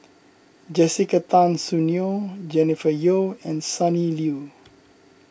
Jessica Tan Soon Neo Jennifer Yeo and Sonny Liew